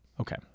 Okay